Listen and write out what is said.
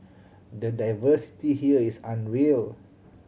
the diversity here is unreal